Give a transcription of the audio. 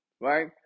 right